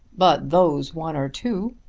but those one or two,